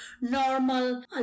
normal